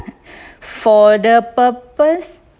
for the purpose